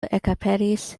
ekaperis